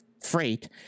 freight